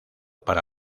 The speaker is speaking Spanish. para